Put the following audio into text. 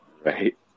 Right